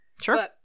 sure